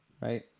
Right